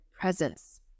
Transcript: presence